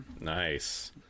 Nice